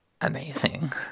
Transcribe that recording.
amazing